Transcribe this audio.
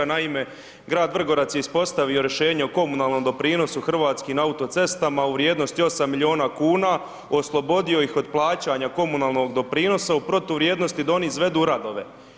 Naime, grad Vrgorac je ispostavio rješenje o komunalnom doprinosu Hrvatskim autocestama u vrijednosti 8 milijuna kuna, oslobodio ih od plaćanja komunalnog doprinosa u protuvrijednosti da oni izvedu radove.